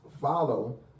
follow